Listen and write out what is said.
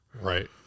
Right